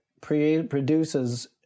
produces